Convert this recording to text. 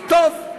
טוב.